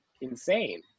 insane